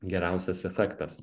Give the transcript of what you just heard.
geriausias efektas